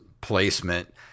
placement